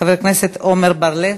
חבר הכנסת עמר בר-לב,